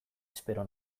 espero